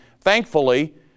thankfully